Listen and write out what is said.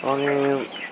अनि